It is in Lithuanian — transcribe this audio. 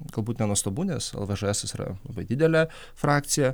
galbūt nenuostabu nes el vė žė esas yra labai didelė frakcija